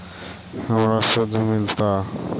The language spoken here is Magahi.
हमरा शुद्ध मिलता?